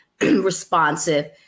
responsive